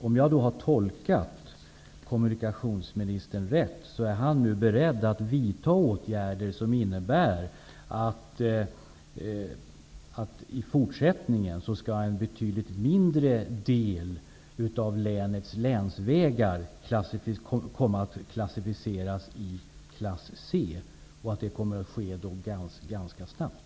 Om jag då har tolkat kommunikationsministern rätt, är han nu beredd att vidta åtgärder som innebär att en betydligt mindre del av länets länsvägar i fortsättningen kommer att klassificeras i klass C och att detta kommer att ske ganska snabbt.